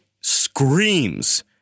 screams